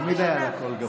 תמיד היה לה קול גבוה.